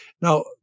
Now